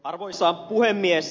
arvoisa puhemies